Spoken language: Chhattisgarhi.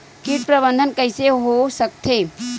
कीट प्रबंधन कइसे हो सकथे?